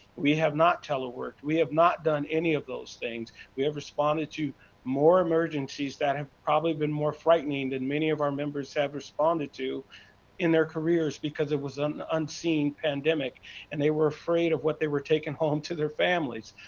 we have not telework, we have not done any of those things. we have responded to more emergencies that have probably been more frightening than many of our members have responded to in their careers, because there was an unseen pandemic and they were afraid of what they were taking home to their families.